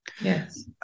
Yes